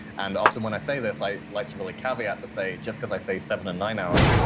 and often when i say this, i like to really caveat to say, just because i say seven and nine hours,